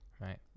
right